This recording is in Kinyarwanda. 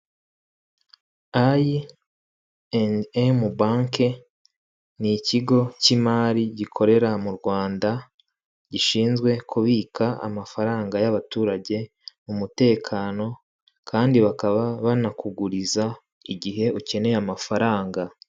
Aye endi emu banke ni ikigo cy'imari gikorera mu Rwanda gishinzwe kubika amafaranga y'abaturage umutekano kandi bakaba banakuguriza igihe ukeneye amafaranga.